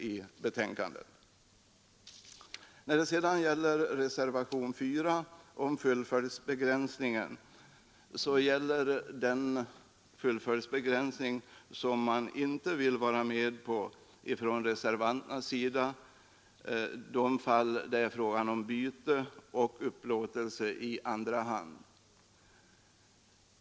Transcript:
I reservationen 4 vill man inte vara med om fullföljdsbegränsning när det gäller byte och upplåtelse i andra hand av bostadslägenhet.